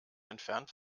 entfernt